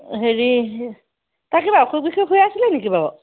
হেৰি তাৰ কিবা অসুখ বিসুখ হৈ আছিলে নেকি বাৰু